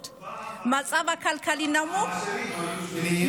מצב כלכלי נמוך, פעם העשירים היו שמנים.